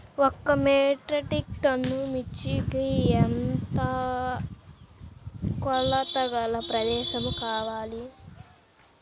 ఒక metric ton మిర్చికి ఎంత కొలతగల ప్రదేశము కావాలీ?